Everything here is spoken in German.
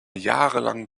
jahrelang